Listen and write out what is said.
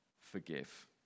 forgive